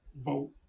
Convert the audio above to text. vote